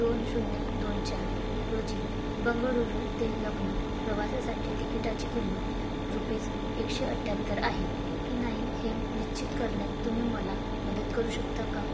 दोन शून्य दोन चार रोजी बंगळुरू ते लखनौ प्रवासासाठी तिकिटाची किंमत रुपीज एकशे अठ्ठ्यात्तर आहे की नाही हे निश्चित करण्यात तुम्ही मला मदत करू शकता का